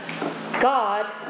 God